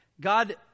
God